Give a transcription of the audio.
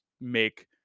make